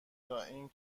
تااین